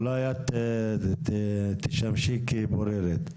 אולי את תשמשי כבוררת.